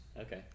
Okay